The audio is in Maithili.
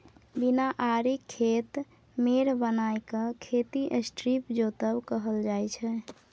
बिना आरिक खेत मेढ़ बनाए केँ खेती स्ट्रीप जोतब कहल जाइ छै